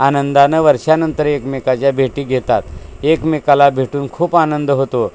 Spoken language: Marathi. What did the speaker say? आनंदानं वर्षानंतर एकमेकाच्या भेटी घेतात एकमेकाला भेटून खूप आनंद होतो